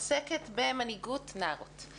ולבקשת עמותת "שוות" העוסקת במנהיגות נערות.